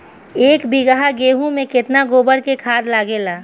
एक बीगहा गेहूं में केतना गोबर के खाद लागेला?